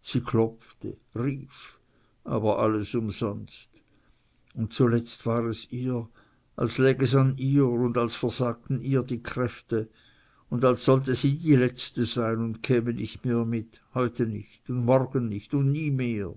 sie klopfte rief aber alles umsonst und zuletzt war es ihr als läg es an ihr und als versagten ihr die kräfte und als sollte sie die letzte sein und käme nicht mehr mit heute nicht und morgen nicht und nie mehr